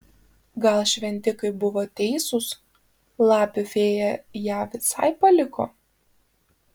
gal šventikai buvo teisūs lapių fėja ją visai paliko